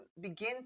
begin